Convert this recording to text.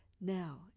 now